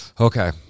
Okay